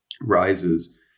rises